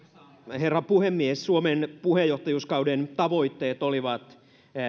herra puhemies suomen puheenjohtajuuskauden tavoitteet olivat